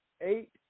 eight